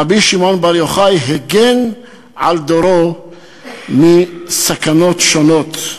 רבי שמעון בר יוחאי הגן על דורו מסכנות שונות,